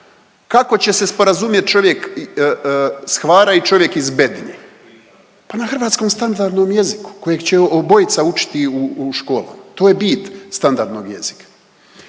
Kako će se sporazumjet čovjek s Hvara i čovjek iz Bednje? Pa na hrvatskom standardnom jeziku kojeg će obojica učiti u školama, to je bit standardnog jezika.